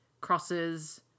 crosses